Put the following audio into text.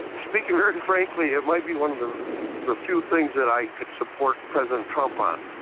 speaking very frankly, it might be one of ah the few things that i could support president trump on.